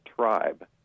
tribe